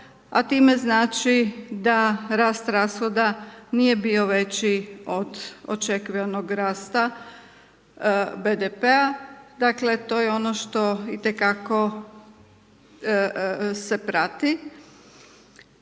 a time znači da rast rashoda nije bio veći od očekivanog rasta BDP-a dakle to je ono što itekako se prati.